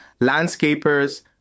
landscapers